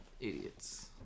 idiots